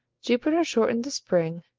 jupiter shortened the spring,